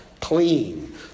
clean